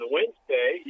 Wednesday